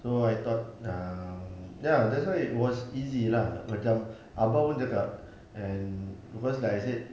so I thought err ya that's why it was easy lah macam abang pun cakap and because like I said